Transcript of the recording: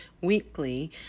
weekly